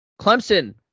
clemson